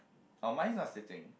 oh mine not sitting